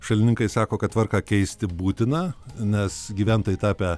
šalininkai sako kad tvarką keisti būtina nes gyventojai tapę